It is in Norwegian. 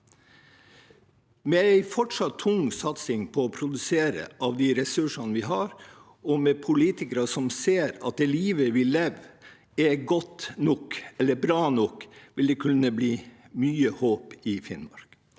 Med en fortsatt tung satsing på å produsere av de ressursene vi har, og med politikere som ser at det livet vi lever, er godt nok eller bra nok, vil det kunne bli mye håp i Finnmark.